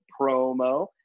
promo